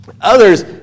Others